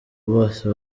bose